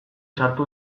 sartu